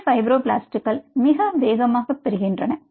இந்த ஃபைப்ரோபிளாஸ்ட்கள் fibroblast மிக வேகமாகப் பிரிகின்றன